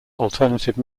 alternative